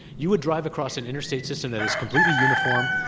you would drive across an interstate system that is completely uniform,